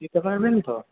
দিতে পারবেন তো